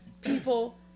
people